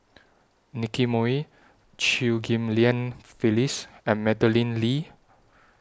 Nicky Moey Chew Ghim Lian Phyllis and Madeleine Lee